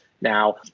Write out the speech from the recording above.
now